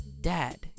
Dad